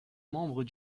membres